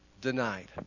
denied